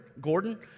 Gordon